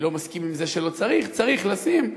אני לא מסכים לזה שלא צריך, צריך לשים.